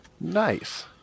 Nice